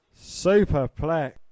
Superplex